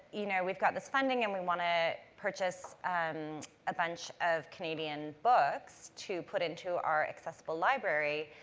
you know, we've got this funding and we want to purchase a bunch of canadian books to put into our accessible library.